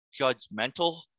judgmental